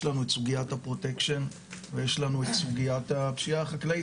יש לנו את סוגיית הפרוטקשן ויש לנו את סוגיית הפשיעה החקלאית,